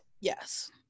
Yes